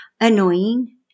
annoying